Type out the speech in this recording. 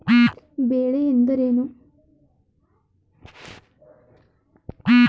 ಬೆಳೆ ಎಂದರೇನು?